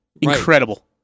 Incredible